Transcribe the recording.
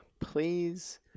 please –